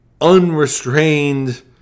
unrestrained